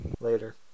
Later